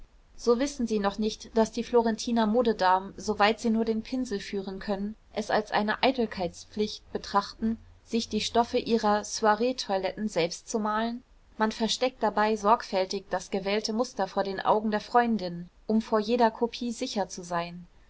so wissen sie noch nicht daß die florentiner modedamen soweit sie nur den pinsel führen können es als eine eitelkeitspflicht betrachten sich die stoffe ihrer soireetoiletten selbst zu malen man versteckt dabei sorgfältig das gewählte muster vor den augen der freundinnen um vor jeder kopie sicher zu sein